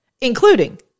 including